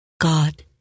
God